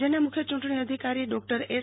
રાજ્યના મુખ્ય ચૂંટણી અધિકારી ડોકટર એસ